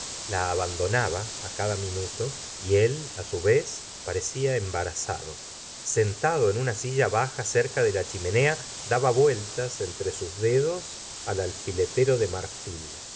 la abandonaba cada minuto y el it su vez parecía embarazado sentado en una silla baja cerca de la chimenea daba vueltas entre sus dedos al alfiletero de marfil